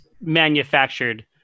manufactured